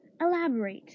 Elaborate